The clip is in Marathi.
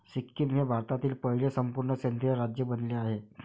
सिक्कीम हे भारतातील पहिले संपूर्ण सेंद्रिय राज्य बनले आहे